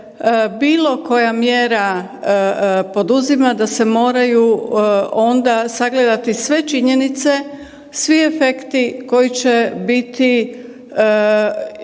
bilo koja mjera poduzima da se moraju onda sagledati sve činjenice, svi efekti koji će biti i na